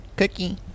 Cookie